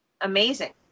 amazing